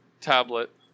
tablet